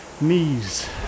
knees